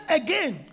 again